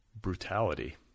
brutality